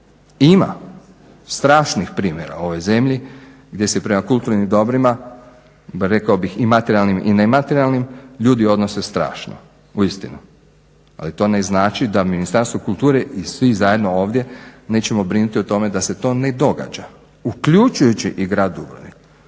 Ima strašnih primjera u ovoj zemlji gdje se prema kulturnim dobrima, rekao bih i materijalnim i nematerijalnim, ljudi odnose strašno, uistinu, ali to ne znači da Ministarstvo kulture i svi zajedno ovdje nećemo brinuti o tome da se to ne događa, uključujući i grad Dubrovnik